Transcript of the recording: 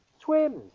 swims